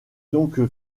donc